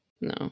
no